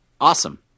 Awesome